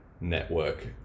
network